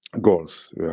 goals